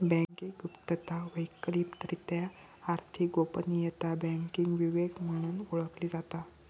banking गुप्तता, वैकल्पिकरित्या आर्थिक गोपनीयता, बँकिंग विवेक म्हणून ओळखली जाता